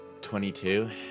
22